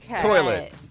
toilet